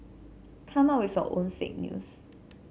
come up with your own fake news